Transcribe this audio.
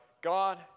God